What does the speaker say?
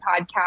podcast